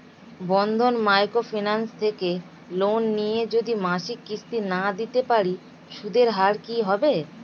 বন্ধন micro finance থেকে loan নিয়ে যদি মাসিক কিস্তি না দিতে পারি সুদের হার কি হবে?